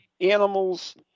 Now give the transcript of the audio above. animals